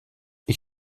ich